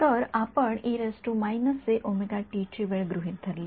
तर आपण ची वेळ गृहीत धरली